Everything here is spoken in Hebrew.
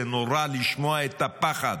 זה נורא לשמוע את הפחד,